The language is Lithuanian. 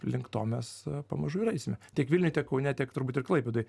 link to mes pamažu ir eisime tiek vilniuj tiek kaune tiek turbūt ir klaipėdoj